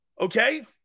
Okay